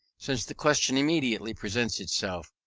since the question immediately presents itself,